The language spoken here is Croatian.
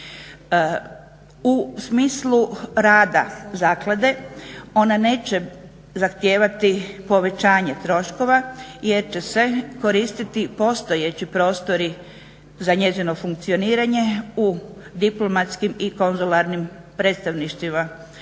U smislu rada zaklade ona neće zahtijevati povećanje troškova jer će se koristiti postojeći prostori za njezino funkcioniranje u diplomatskim i konzularnim predstavništvima